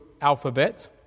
alphabet